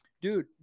dude